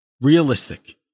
Realistic